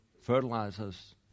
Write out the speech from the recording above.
fertilizers